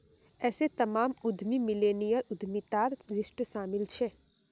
ऐसे तमाम उद्यमी मिल्लेनियल उद्यमितार लिस्टत शामिल छे